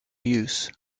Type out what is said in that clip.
use